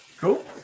Cool